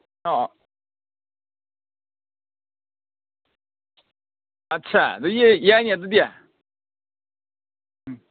ꯑꯥ ꯑꯠꯆꯥ ꯑꯗꯨꯗꯤ ꯌꯥꯏꯅꯦ ꯑꯗꯨꯗꯤ ꯎꯝ